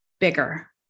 Bigger